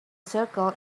circle